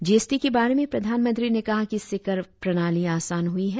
जी S T के बारे में प्रधानमंत्री ने कहा कि इससे कर प्रणाली आसान हुई है